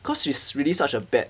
cause she's really such a bad